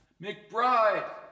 McBride